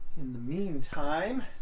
in the meantime,